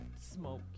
smoke